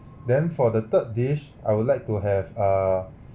then for the third dish I would like to have a